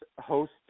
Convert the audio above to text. host